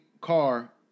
car